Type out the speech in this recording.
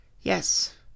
Yes